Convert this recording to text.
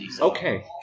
Okay